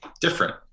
different